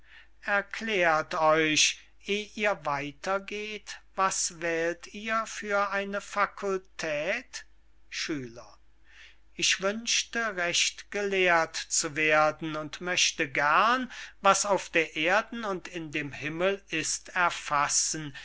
erklärt euch eh ihr weiter geht was wählt ihr für eine facultät schüler ich wünschte recht gelehrt zu werden und möchte gern was auf der erden und in dem himmel ist erfassen